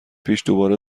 پیش، دوباره